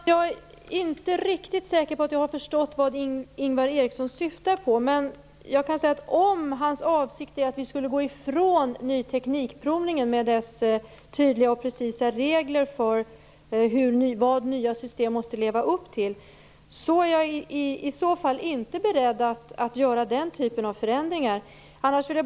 Herr talman! Jag är inte riktigt säker på att jag har förstått vad Ingvar Eriksson syftar på. Men om hans avsikt är att vi skall gå ifrån den nya teknikprovningen med dess tydliga och precisa regler för vad nya system måste leva upp till, vill jag säga att jag inte är beredd att göra den typen av förändringar.